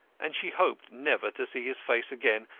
and she hoped never to see his face again,